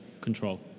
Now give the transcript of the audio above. control